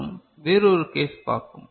மற்றும் வேறு ஒரு கேஸ் பார்ப்போம்